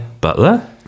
butler